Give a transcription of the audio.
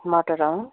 मटर अँ